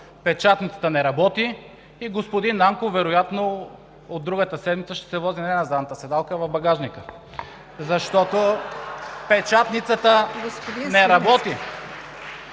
печатницата не работи и господин Нанков вероятно от другата седмица ще се вози не на задната седалка, а в багажника, защото печатницата не работи!